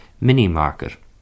mini-market